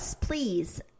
Please